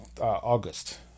august